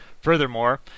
Furthermore